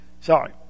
Sorry